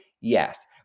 Yes